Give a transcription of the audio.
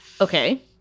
Okay